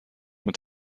mit